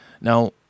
Now